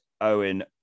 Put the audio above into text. Owen